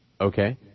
Okay